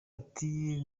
ati